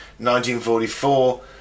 1944